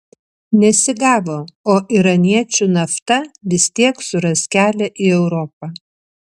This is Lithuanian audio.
nesigavo o iraniečių nafta vis tiek suras kelią į europą